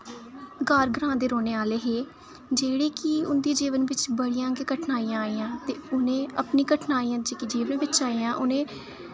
घार ग्रां दे रौह्ने आह्ले हे जेह्ड़े कि उं'दे जीवन बिच बड़ियां गै कठिनाइयां आइयां ते उ'नें अपनी कठिनाइयां जेह्की जीवन बिच आइयां उ'नें